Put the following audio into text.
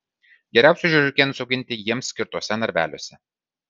geriausiai žiurkėnus auginti jiems skirtuose narveliuose